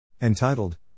Entitled